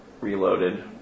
reloaded